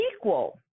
equal